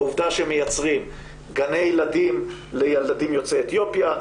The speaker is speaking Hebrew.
העובדה שמייצרים גני ילדים לילדים יוצאי אתיופיה,